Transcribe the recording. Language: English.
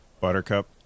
Buttercup